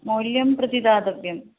मौल्यं प्रतिदातव्यम्